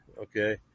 okay